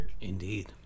Indeed